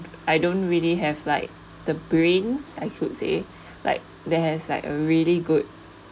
I don't really have like the brains I should say like there has like a really good